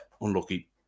unlucky